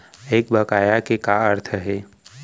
एक बकाया के का अर्थ हे?